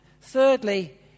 thirdly